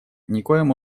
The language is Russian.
никоим